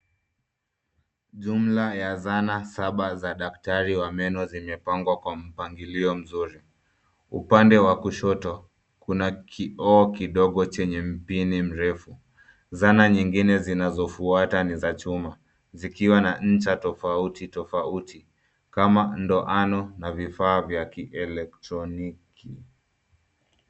Jumla ya zana saba za daktari wa meno zenye zimepangwa kwa mpangilio mzuri. Upande wa kushoto, kuna kioo kidogo chenye mpini mrefu. Zana zingine zinazofuata ni za chuma, zikiwa na ncha tofauti tofauti kama ndoano na vifaa vya kielektroniki.